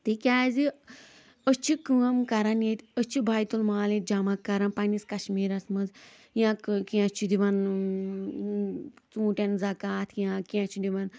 تِکیازِ أسۍ چھِ کٲم کران ییٚتہِ أسۍ چھِ بیتُ المال ییٚتہِ جمع کران پنٕنِس کشمیٖرس منٛز یا کینٛہہ چھِ دِوان إں ژوٗنٹٮ۪ن زکات یا کینٛہہ چھِ دِوان